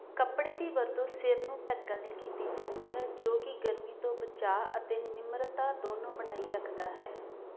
ਕੱਪੜੇ ਦੀ ਵਰਤੋਂ ਸਿਰ ਨੂੰ ਢੱਕਣ ਲਈ ਕੀਤੀ ਜਾਂਦੀ ਹੈ ਜੋ ਕਿ ਗਰਮੀ ਤੋਂ ਬਚਾਅ ਅਤੇ ਨਿਮਰਤਾ ਦੋਨੋਂ ਬਣਾਈ ਰੱਖਦਾ ਹੈ